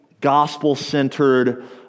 gospel-centered